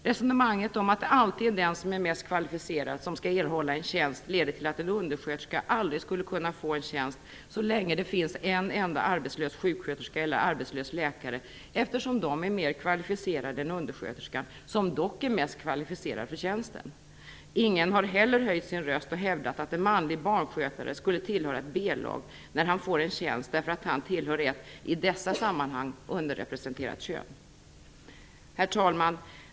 Resonemanget om att det alltid är den som är mest kvalificerad som skall erhålla en tjänst leder till att en undersköterska aldrig skulle kunna få en tjänst så länge som det finns en enda arbetslös sjuksköterska eller en arbetslös läkare, eftersom de är mer kvalificerade än undersköterskan, som dock är mest kvalificerad för tjänsten. Ingen har heller höjt sin röst och hävdat att en manlig barnskötare skulle tillhöra ett B lag när han får en tjänst därför att han tillhör ett - i dessa sammanhang - underrepresenterat kön. Herr talman!